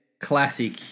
classic